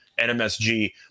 NMSG